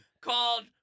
called